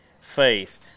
faith